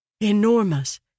Enormous